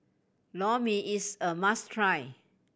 Lor Mee is a must try